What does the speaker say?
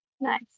Nice